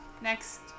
Next